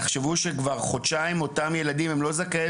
תחשבו שכבר חודשיים אותם ילדים הם לא זכאי